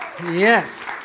Yes